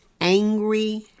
Angry